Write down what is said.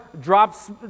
drops